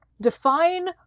define